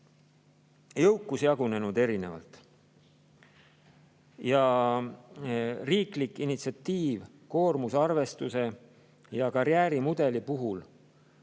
jõukus jagunenud erinevalt ja riiklik initsiatiiv koormuse arvestuse ja karjäärimudeli puhul